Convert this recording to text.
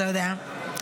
אתה יודע,